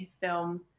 film